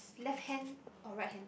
left hand or right hand